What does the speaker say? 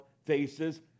Faces